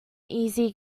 easy